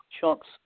chunks